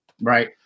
right